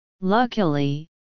Luckily